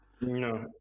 No